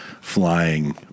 flying